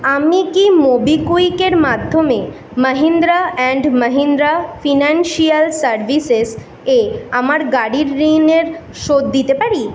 আমি কি মোবিকুইকের মাধ্যমে Mahindra and Mahindra financial services এ আমার গাড়ির ঋণের শোধ দিতে পারি